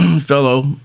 fellow